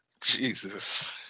Jesus